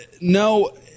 no